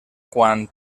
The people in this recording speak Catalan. quan